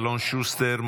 אלון שוסטר,